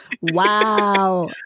Wow